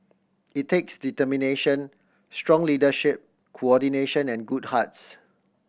it takes determination strong leadership coordination and good hearts